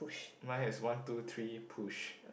mine has one two three push